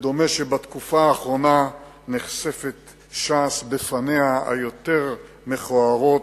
ודומה שבתקופה האחרונה ש"ס נחשפת בפניה היותר מכוערות,